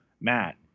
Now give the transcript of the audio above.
matt